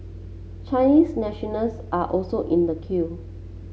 Chinese nationals are also in the queue